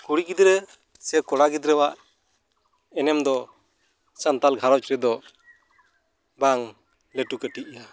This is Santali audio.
ᱠᱩᱲᱤ ᱜᱤᱫᱽᱨᱟᱹ ᱥᱮ ᱠᱚᱲᱟᱜᱤᱫᱽᱨᱟᱹᱣᱟᱜ ᱮᱱᱮᱢ ᱫᱚ ᱥᱟᱱᱛᱟᱲ ᱜᱷᱟᱨᱚᱸᱡᱽ ᱨᱮᱫᱚ ᱵᱟᱝ ᱞᱟᱹᱴᱩ ᱠᱟᱹᱴᱤᱡᱼᱟ